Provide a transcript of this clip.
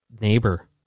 neighbor